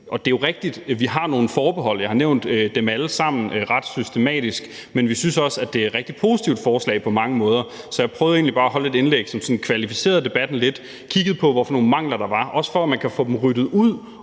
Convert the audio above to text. Det er jo rigtigt, at vi har nogle forbehold – jeg har nævnt dem alle sammen ret systematisk – men vi synes også, at det er et rigtig positivt forslag på mange måder, så jeg prøvede egentlig bare at holde et indlæg, som sådan kunne kvalificere debatten lidt i forhold til at kigge på, hvilke mangler der var, også for, at man kan få dem ryddet ud,